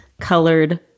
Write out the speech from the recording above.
colored